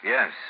Yes